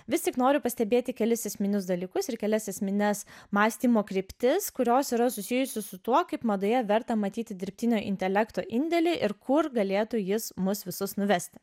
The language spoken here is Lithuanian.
vis tik noriu pastebėti kelis esminius dalykus ir kelias esmines mąstymo kryptis kurios yra susijusi su tuo kaip madoje verta matyti dirbtinio intelekto indėlį ir kur galėtų jis mus visus nuvesti